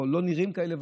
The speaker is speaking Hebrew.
או לא נראים כאלה,